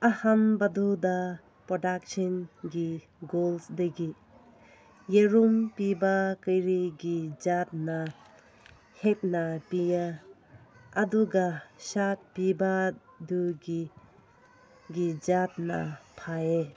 ꯑꯍꯥꯟꯕꯗꯨꯗ ꯄ꯭ꯔꯗꯛꯁꯟꯒꯤ ꯒꯣꯜꯁꯗꯒꯤ ꯌꯦꯔꯨꯝ ꯄꯤꯕ ꯀꯔꯤꯒꯤ ꯖꯥꯠꯅ ꯍꯤꯞꯅ ꯄꯤꯌꯦ ꯑꯗꯨꯒ ꯁꯥ ꯄꯤꯕꯗꯨꯒꯤ ꯒꯤ ꯖꯥꯠꯅ ꯐꯩꯌꯦ